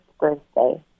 birthday